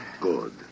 Good